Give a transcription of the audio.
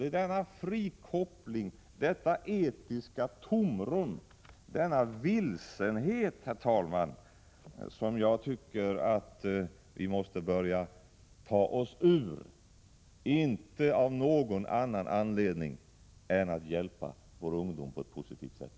Det är denna frikoppling, detta etiska tomrum, denna vilsenhet, herr talman, som jag tycker att vi måste börja ta oss ur — inte av någon annan anledning än för att hjälpa vår ungdom på ett positivt sätt.